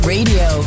Radio